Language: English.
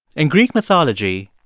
in greek mythology,